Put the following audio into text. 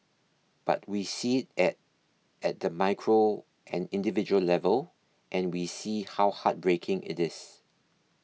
but we see it at the micro and individual level and we see how heartbreaking it is